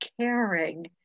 caring